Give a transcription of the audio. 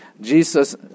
jesus